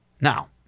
Now